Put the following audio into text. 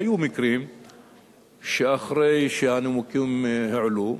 היו מקרים שאחרי שהנימוקים הועלו,